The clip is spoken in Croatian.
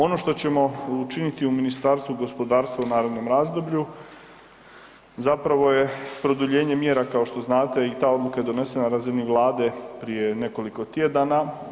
Ono što ćemo učiniti u Ministarstvu gospodarstva u narednom razdoblju zapravo je produljenje mjera kao što znate i ta odluka je donesena na razini vlade prije nekoliko tjedana.